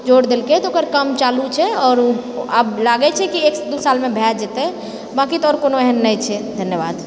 जोर देलकै तऽ ओकर काम चालू छै आओर ओ आब लागै छै कि एक दू सालमे भए जेतै बांँकि तऽ आओर कोनो एहन नहि छै धन्यवाद